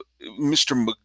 Mr